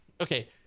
okay